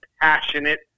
passionate